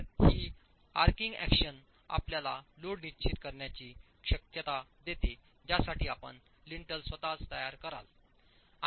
तर ही आर्काइनिंग एक्शन आपल्याला लोड निश्चित करण्याची शक्यता देते ज्यासाठी आपण लिंटल स्वतःच तयार कराल